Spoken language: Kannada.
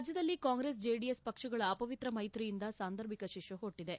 ರಾಜ್ಯದಲ್ಲಿ ಕಾಂಗ್ರೆಸ್ ಜೆಡಿಎಸ್ ಪಕ್ಷಗಳ ಅಪವಿತ್ರ ಮೈತ್ರಿಯಿಂದ ಸಾಂದಾರ್ಭಿಕ ಶಿಶು ಹುಟ್ಟದೆ